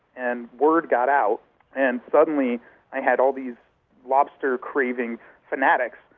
and word got out and suddenly i had all these lobster-craving fanatics.